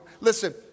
Listen